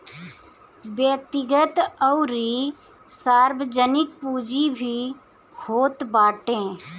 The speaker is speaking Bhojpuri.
व्यक्तिगत अउरी सार्वजनिक पूंजी भी होत बाटे